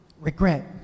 regret